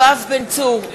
נגד יואב בן צור,